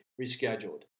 rescheduled